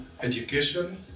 education